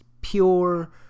pure